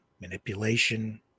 manipulation